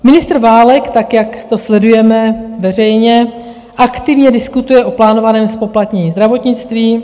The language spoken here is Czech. Ministr Válek, tak jak to sledujeme, veřejně aktivně diskutuje o plánovaném zpoplatnění zdravotnictví.